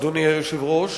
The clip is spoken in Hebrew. אדוני היושב-ראש,